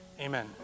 Amen